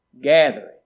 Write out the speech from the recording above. gathering